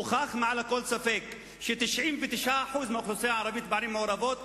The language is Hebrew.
הוכח מעל לכל ספק ש-99% מהאוכלוסייה הערבית בערים מעורבות,